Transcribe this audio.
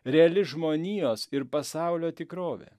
reali žmonijos ir pasaulio tikrovė